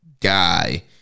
guy